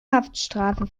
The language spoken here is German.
haftstrafe